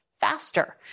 faster